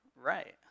right